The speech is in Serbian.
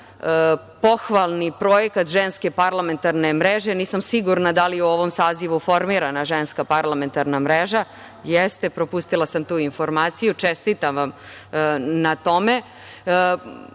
pohvalni projekat Ženske parlamentarne mreže. Nisam sigurna da li je u ovom sazivu formirana Ženska parlamentarna mreža. Jeste, propustila sam tu informaciju. Čestitam vam na